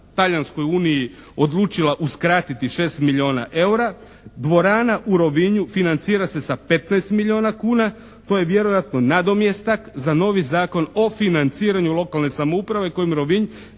Talijanskoj uniji odlučila uskratiti 6 milijuna eura, dvorana u Rovinju financira se sa 15 milijuna kuna, to je vjerojatno nadomjestak za novi Zakon o financiranju lokalne samouprave kojim Rovinj